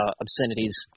obscenities